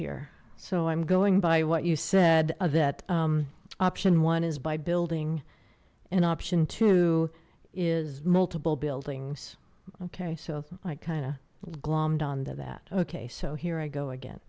here so i'm going by what you said that option one is by building an option two is multiple buildings okay so i kind of glommed onto that okay so here i go again